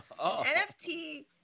NFT